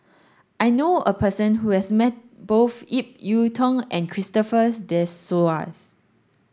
I know a person who has met both Ip Yiu Tung and Christopher De Souza